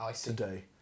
today